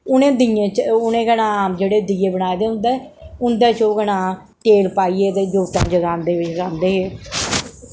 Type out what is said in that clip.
उ'नें दियें च उ'नें केह् नां जेह्ड़े दिये बनाए दे उं'दे उं'दे च ओ केह् नां तेल पाइयै ते जोतां जगांदे लांदे हे